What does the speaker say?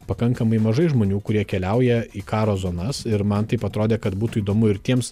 pakankamai mažai žmonių kurie keliauja į karo zonas ir man taip atrodė kad būtų įdomu ir tiems